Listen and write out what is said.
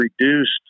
reduced